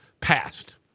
passed